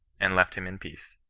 and left him in peace.